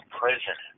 prison